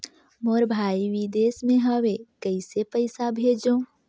मोर भाई विदेश मे हवे कइसे पईसा भेजो?